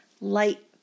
light